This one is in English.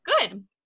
good